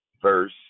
Verse